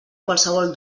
qualsevol